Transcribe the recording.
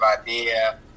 idea